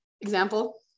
example